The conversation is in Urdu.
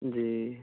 جی